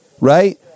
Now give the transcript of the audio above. right